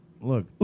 Look